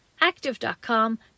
active.com